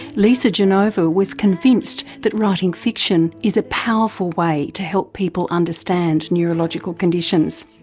lisa genova was convinced that writing fiction is a powerful way to help people understand neurological conditions.